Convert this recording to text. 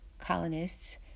colonists